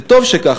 וטוב שכך,